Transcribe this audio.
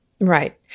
Right